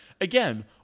Again